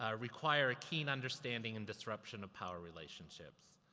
ah require a keen understanding in disruption of power relationships.